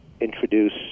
introduce